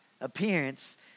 appearance